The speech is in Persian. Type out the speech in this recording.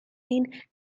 این